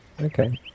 Okay